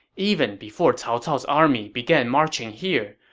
even before cao cao' army began marching here,